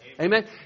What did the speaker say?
Amen